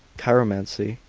chiromancy,